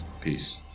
Peace